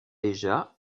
déjà